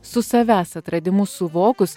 su savęs atradimu suvokus